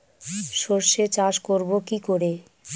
সর্ষে চাষ করব কি করে?